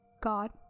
God